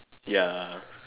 ya